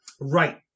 Right